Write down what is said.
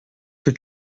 que